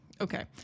okay